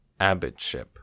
Abbotship